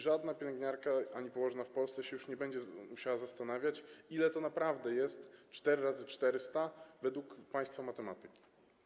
Żadna pielęgniarka ani położna w Polsce już nie będzie musiała się zastanawiać, ile to naprawdę jest 4 razy 400 według państwa matematyki.